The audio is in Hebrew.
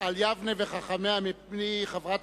דברים חיוביים על יבנה וחכמיה מפי חברת